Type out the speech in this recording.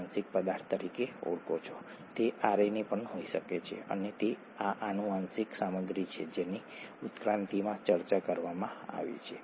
base અને pentose સુગરના સંયોજનને ખરેખર ન્યુક્લિઓસાઇડ કહેવામાં આવે છે